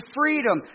freedom